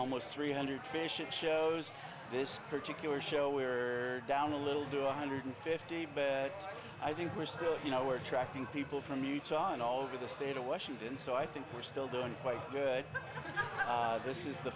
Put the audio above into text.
almost three hundred fish and shows this particular show we're down a little do one hundred fifty but i think we're still you know we're tracking people from utah and all over the state of washington so i think we're still doing quite good this is the